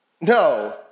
No